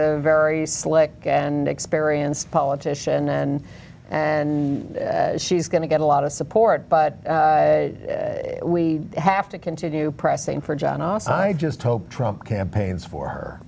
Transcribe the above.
a very slick and experienced politician and and she's going to get a lot of support but we have to continue pressing for johnson i just hope trump campaigns for